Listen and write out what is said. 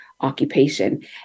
occupation